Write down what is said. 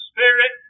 Spirit